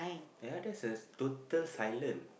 yeah that's the total silent